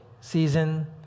season